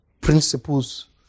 principles